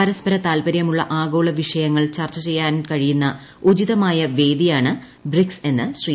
പരസ്പര താത്പര്യമുള്ള ആഗോള വിഷയങ്ങൾ ചർച്ച ചെയ്യാൻ കഴിയുന്ന ഉചിതമായ വേദിയാണ് ബ്രിക്സ് എന്ന് ശ്രീ